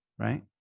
right